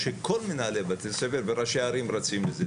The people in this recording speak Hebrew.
כל מנהלי בתי הספר וראשי הערים רצים לזה,